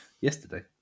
Yesterday